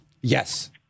Yes